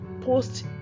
post